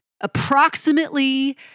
approximately